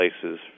places